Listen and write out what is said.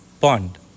pond